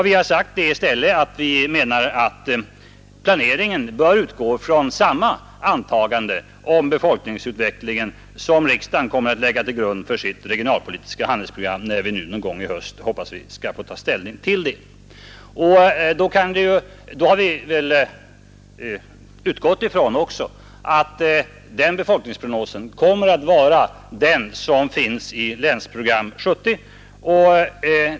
Vi har i stället menat att planeringen bör utgå från samma antagande om befolkningsut vecklingen som riksdagen kommer att lägga till grund för sitt regionalpolitiska handlingsprogram. Vi har då utgått ifrån att befolkningsprognosen kommer att bli densamma som i Länsprogram 70.